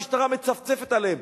המשטרה מצפצפת עליהם.